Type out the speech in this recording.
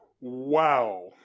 wow